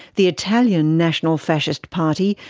the italian national fascist party,